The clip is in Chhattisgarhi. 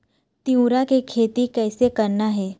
तिऊरा के खेती कइसे करना हे?